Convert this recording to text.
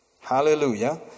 Hallelujah